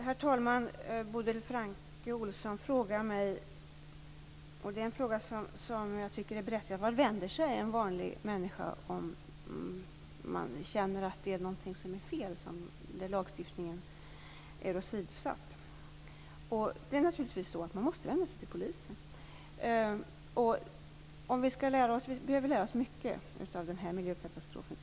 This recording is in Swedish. Herr talman! Bodil Francke Ohlsson frågar mig - det är en fråga som jag tycker är berättigad - vart en vanlig människa skall vända sig om han eller hon känner att något är fel och att lagstiftningen är åsidosatt. Man måste naturligtvis vända sig till polisen. Vi behöver lära oss mycket av denna miljökatastrof.